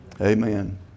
Amen